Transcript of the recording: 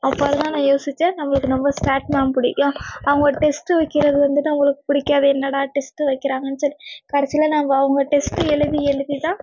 அப்புறம் தான் நான் யோசித்தேன் நம்மளுக்கு ரொம்ப ஸ்டாட் தான் பிடிக்கும் அவங்க டெஸ்ட் வைக்கிறது வந்துட்டு நம்மளுக்கு பிடிக்காது என்னடா டெஸ்ட் வைக்கிறாங்கன்னு சொல்லி கடைசியில் நாங்கள் அவங்க டெஸ்ட் எழுதி எழுதி தான்